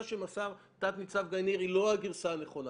שמסר תת-ניצב גיא ניר היא לא הגרסה הנכונה,